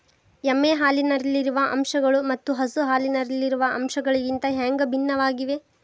ಎಮ್ಮೆ ಹಾಲಿನಲ್ಲಿರುವ ಅಂಶಗಳು ಮತ್ತ ಹಸು ಹಾಲಿನಲ್ಲಿರುವ ಅಂಶಗಳಿಗಿಂತ ಹ್ಯಾಂಗ ಭಿನ್ನವಾಗಿವೆ?